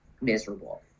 miserable